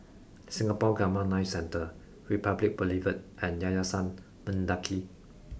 Singapore Gamma Knife Centre Republic Boulevard and Yayasan Mendaki